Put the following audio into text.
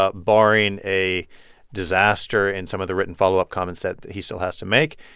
ah barring a disaster and some of the written followup comments that he still has to make,